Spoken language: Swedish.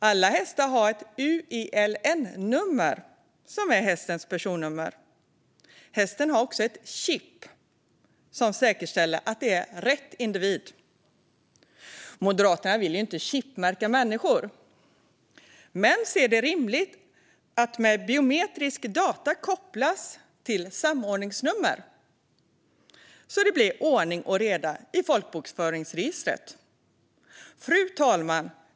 Alla hästar har ett UELN-nummer, som är hästens personnummer. Hästen har också ett chip som säkerställer att det är rätt individ. Moderaterna vill inte chipmärka människor men ser det som rimligt att biometriska data kopplas till samordningsnummer så att det blir ordning och reda i folkbokföringsregistret. Fru talman!